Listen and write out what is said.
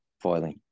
foiling